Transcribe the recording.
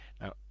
Now